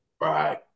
Right